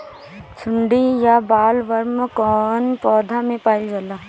सुंडी या बॉलवर्म कौन पौधा में पाइल जाला?